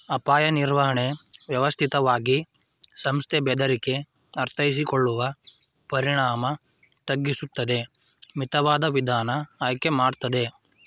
ಅಪಾಯ ನಿರ್ವಹಣೆ ವ್ಯವಸ್ಥಿತವಾಗಿ ಸಂಸ್ಥೆ ಬೆದರಿಕೆ ಅರ್ಥೈಸಿಕೊಳ್ಳುವ ಪರಿಣಾಮ ತಗ್ಗಿಸುತ್ತದೆ ಮಿತವಾದ ವಿಧಾನ ಆಯ್ಕೆ ಮಾಡ್ತದೆ